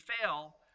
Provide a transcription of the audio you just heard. fail